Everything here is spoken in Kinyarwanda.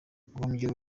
guhombya